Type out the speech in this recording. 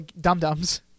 dum-dums